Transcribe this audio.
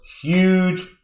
huge